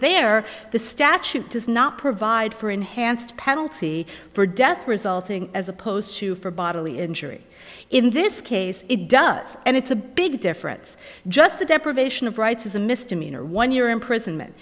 they're the statute does not provide for enhanced penalty for death resulting as opposed to for bodily injury in this case it does and it's a big difference just the deprivation of rights is a misdemeanor one year imprisonment